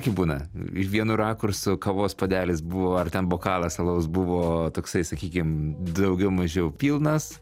kai būna vienu rakursu kavos puodelis buvo ar ten bokalas alaus buvo toksai sakykim daugiau mažiau pilnas